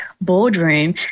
boardroom